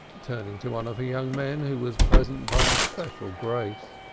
turning to one of her young men who was present by special grace.